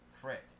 fret